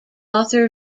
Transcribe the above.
author